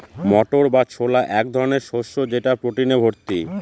মটর বা ছোলা এক ধরনের শস্য যেটা প্রোটিনে ভর্তি